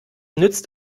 nützt